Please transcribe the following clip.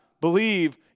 believe